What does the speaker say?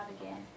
again